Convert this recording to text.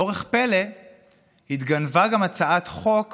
באורח פלא התגנבה גם הצעת חוק